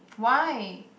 why